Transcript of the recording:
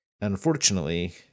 Unfortunately